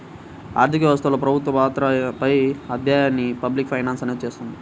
ఆర్థిక వ్యవస్థలో ప్రభుత్వ పాత్రపై అధ్యయనాన్ని పబ్లిక్ ఫైనాన్స్ అనేది చూస్తుంది